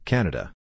Canada